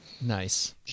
Nice